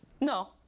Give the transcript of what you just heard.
No